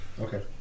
Okay